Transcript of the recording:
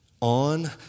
on